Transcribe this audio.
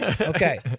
Okay